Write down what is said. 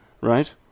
right